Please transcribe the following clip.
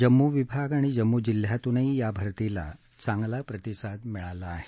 जम्मू विभाग आणि जम्मू जिल्ह्यातूनही या भरतीला चांगला प्रतिसाद मिळाला आहे